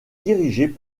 dirigée